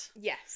Yes